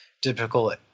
typical